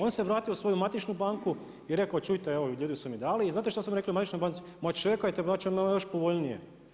On se vratio u svoju matičnu banku i rekao čujte ljudi su mi dali i znate šta su mu rekli u matičnoj banci, ma čekajte dat ćemo vam još povoljnije.